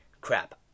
crap